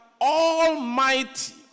Almighty